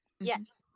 Yes